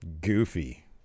Goofy